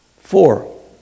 Four